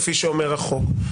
כפי שאומר החוק,